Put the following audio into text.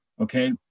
Okay